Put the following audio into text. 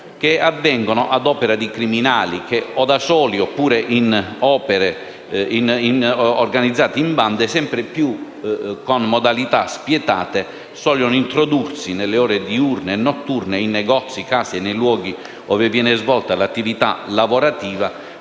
che avvengono ad opera di criminali che, da soli oppure organizzati in bande, sempre più con modalità spietate sogliono introdursi nelle ore diurne e notturne in negozi, nelle case o nei luoghi ove viene svolta l'attività lavorativa